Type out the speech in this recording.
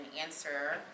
answer